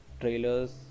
trailers